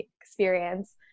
experience